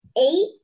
eight